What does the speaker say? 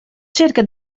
cerca